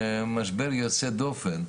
משבר יוצא דופן.